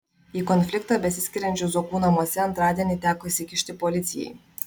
į konfliktą besiskiriančių zuokų namuose antradienį teko įsikišti policijai